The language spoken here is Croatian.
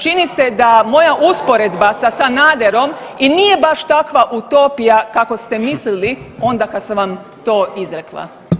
Čini se da moja usporedba sa Sanaderom i nije baš takva utopija kako ste mislili onda kad sam vam to izrekla.